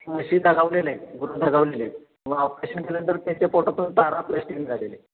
अशी दगावलेली आहेत गुरं दगावलेली आहेत मग ऑपरेशन केल्यानंतर त्यांच्या पोटातून तारा प्लॅश्टिक मिळालेलं आहे